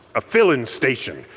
a filling station.